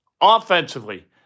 Offensively